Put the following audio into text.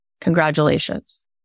Congratulations